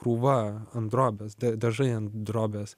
krūva ant drobės dažai ant drobės